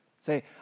Say